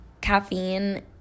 caffeine